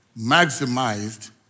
maximized